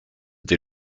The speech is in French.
dès